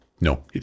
No